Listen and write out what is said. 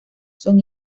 son